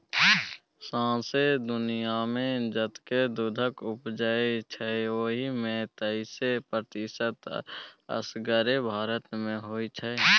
सौंसे दुनियाँमे जतेक दुधक उपजै छै ओहि मे तैइस प्रतिशत असगरे भारत मे होइ छै